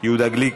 יהודה גליק,